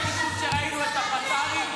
באותה נחישות שראינו את הפצ"רית.